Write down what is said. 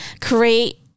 create